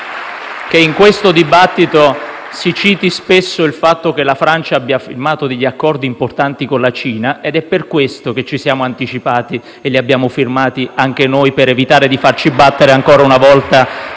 che in questo dibattito si citi spesso il fatto che la Francia abbia firmato degli accordi importanti con la Cina ed è per questo che ci siamo anticipati e li abbiamo firmati anche noi per evitare di farci battere, ancora una volta,